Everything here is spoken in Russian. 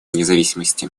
независимости